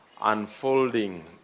unfolding